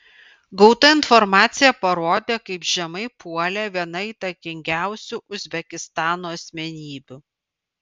gauta informacija parodė kaip žemai puolė viena įtakingiausių uzbekistano asmenybių